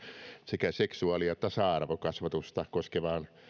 sekä seksuaali ja tasa arvokasvatusta koskevaan